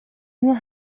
nur